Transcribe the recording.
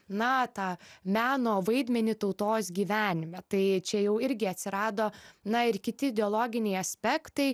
na tą meno vaidmenį tautos gyvenime tai čia jau irgi atsirado na ir kiti ideologiniai aspektai